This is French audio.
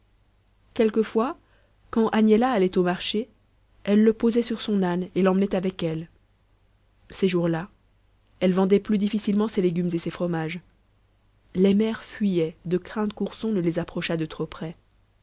quelquefois quand agnella allait au marché elle le posait sur son âne et l'emmenait avec elle ces jours-là elle vendait plus difficilement ses légumes et ses fromages les mères fuyaient de crainte qu'ourson ne les approchât de trop près